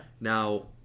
Now